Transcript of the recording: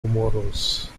tomorrows